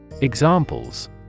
Examples